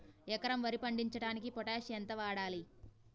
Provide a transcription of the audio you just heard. ఎకరం వరి పండించటానికి పొటాష్ ఎంత వాడాలి?